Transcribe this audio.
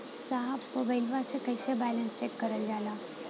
साहब मोबइलवा से कईसे बैलेंस चेक करल जाला?